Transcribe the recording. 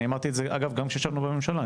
אני אמרתי את זה אגב גם כשישבנו בממשלה,